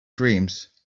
dreams